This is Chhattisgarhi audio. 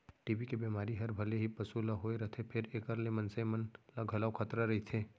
टी.बी के बेमारी हर भले ही पसु ल होए रथे फेर एकर ले मनसे मन ल घलौ खतरा रइथे